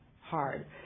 hard